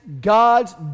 God's